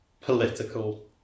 political